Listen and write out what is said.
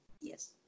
yes